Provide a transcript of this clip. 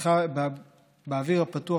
באוויר הפתוח,